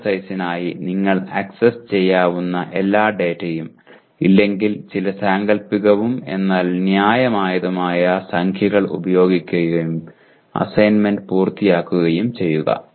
എക്സർസൈസ്നായി നിങ്ങൾക്ക് ആക്സസ് ചെയ്യാവുന്ന എല്ലാ ഡാറ്റയും ഇല്ലെങ്കിൽ ചില സാങ്കൽപ്പികവും എന്നാൽ ന്യായമായതുമായ സംഖ്യകൾ ഉപയോഗിക്കുകയും അസൈൻമെന്റ് പൂർത്തിയാക്കുകയും ചെയ്യുക